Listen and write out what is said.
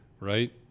right